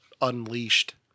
Unleashed